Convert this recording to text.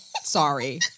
sorry